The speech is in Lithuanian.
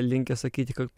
linkę sakyti kad